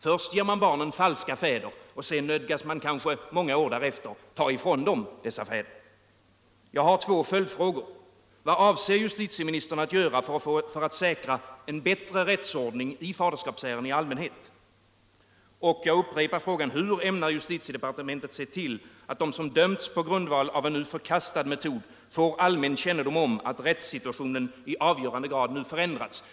Först ger man barnen falska fäder, sedan nödgas man kanske många år därefter ta ifrån dem dessa fäder. 9 oM Jag har två följdfrågor: Vad avser justitieministern att göra för att säkra en bättre rättsordning i faderskapsärenden i allmänhet? Och, jag upprepar frågan, hur ämnar justitiedepartementet se till aut de som har dömats på grundval av en nu förkastad metod får allmän kännedom om all rättssituatlionen i avgörande grad nu har förändrats?